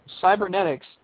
cybernetics